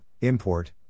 import